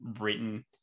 written